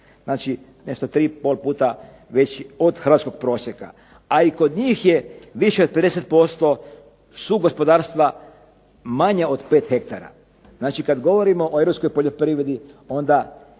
Znači, nešto 3,5 puta veći od hrvatskog prosjeka. A i kod njih je više od 50% su gospodarstva manja od 5 hektara. Znači, kad govorimo o europskoj